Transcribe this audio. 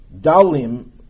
dalim